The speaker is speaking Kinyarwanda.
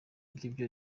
ngibyo